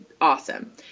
awesome